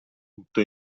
tutto